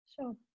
Sure